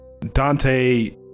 Dante